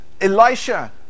Elisha